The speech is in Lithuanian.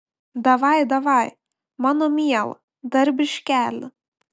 davai davaj mano miela dar biškelį